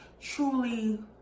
truly